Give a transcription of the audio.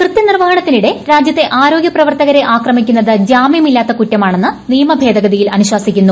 കൃത്യനിർവ്വഹണത്തിനിടെ രാജ്യത്തെ ആരോഗ്യ പ്രവർത്തകരെ ആക്രമിക്കു്ന്നത് ജാമ്യമില്ലാത്ത കുറ്റമാണെന്ന് നിയമന ഭേദഗതിയിൽ അനുശാസിക്കുന്നു